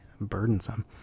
burdensome